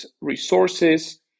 resources